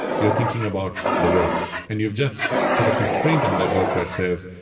you're thinking about the work, and you've just put a constraint on that work that says,